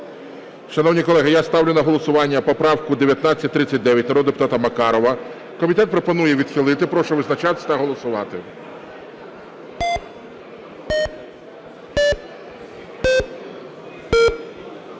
Шановні колеги, я ставлю на голосування поправку 1939 народного депутата Макарова. Комітет пропонує відхилити. Прошу визначатися та голосувати.